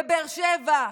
בבאר שבע,